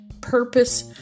purpose